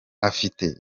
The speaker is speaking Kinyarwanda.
afite